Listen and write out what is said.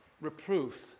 reproof